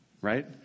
right